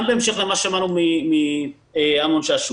גם בהמשך למה ששמענו מאמנון שעשוע,